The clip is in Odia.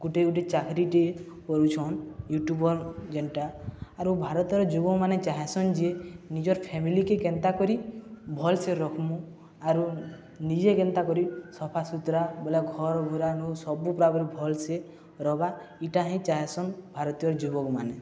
ଗୁଟେ ଗୁଟେ ଚାକିରିଟିଏ କରୁଛନ୍ ୟୁଟ୍ୟୁବର ଯେନ୍ଟା ଆରୁ ଭାରତର ଯୁବକମାନେ ଚାହେଁସନ୍ ଯେ ନିଜର ଫ୍ୟାମିଲିକେ କେନ୍ତା କରି ଭଲ୍ସେ ରଖ୍ମୁ ଆରୁ ନିଜେ କେନ୍ତା କରି ସଫା ସୁୁତୁରା ବୋଲେ ଘର ଘୁରାନୁ ସବୁ ପୁରାପୁରି ଭଲ୍ସେ ରବା ଇଟା ହିଁ ଚାହେଁସନ୍ ଭାରତୀୟ ଯୁବକମାନେ